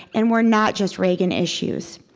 and were not just reagan issues.